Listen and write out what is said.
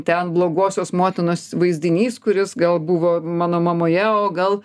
ten blogosios motinos vaizdinys kuris gal buvo mano mamoje o gal